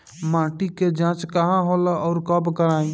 माटी क जांच कहाँ होला अउर कब कराई?